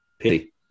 Pity